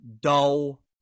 dull